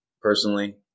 personally